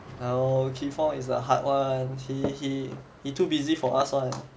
ya lor kee fong is the hard one he he he too busy for us one